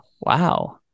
Wow